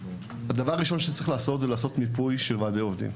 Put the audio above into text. הדבר הראשון שצריך לעשות זה מיפוי של וועדי עובדים.